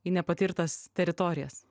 į nepatirtas teritorijas